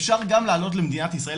אפשר גם לעלות למדינת ישראל,